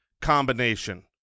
Combination